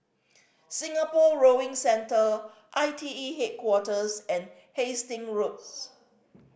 Singapore Rowing Centre I T E Headquarters and Hastings Roads